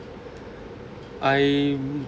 I'm